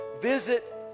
Visit